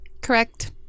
Correct